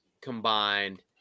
combined